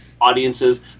audiences